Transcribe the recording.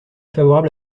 favorable